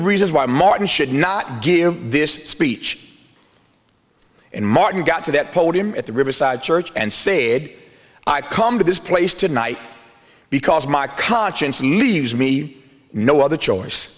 reasons why martin should not give this speech and martin got to that podium at the riverside church and say good i come to this place tonight because my conscience and leaves me no other choice